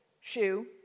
shoe